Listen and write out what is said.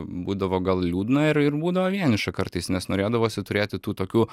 būdavo gal liūdna ir ir būdavo vieniša kartais nes norėdavosi turėti tų tokių